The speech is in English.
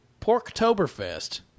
Porktoberfest